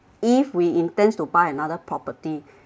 if we intends to buy another property